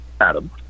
Adam